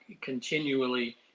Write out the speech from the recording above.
continually